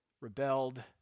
rebelled